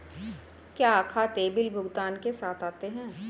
क्या खाते बिल भुगतान के साथ आते हैं?